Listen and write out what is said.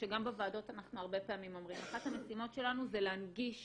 שגם בוועדות אנחנו הרבה פעמים אומרים שאחת המשימות שלנו זה להנגיש